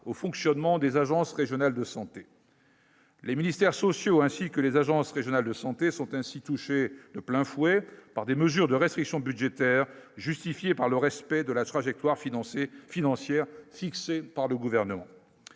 au fonctionnement des agences régionales de santé. Les ministères sociaux ainsi que les agences régionales de santé sont ainsi touchés de plein fouet par des mesures de restriction budgétaire, justifiée par le respect de la trajectoire financières fixées par le gouvernement,